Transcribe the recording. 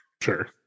Sure